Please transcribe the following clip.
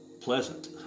pleasant